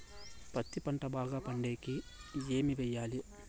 పత్తి పంట బాగా పండే కి ఏమి చెయ్యాలి?